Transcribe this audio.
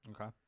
Okay